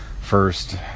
first